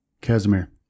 Casimir